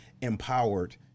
empowered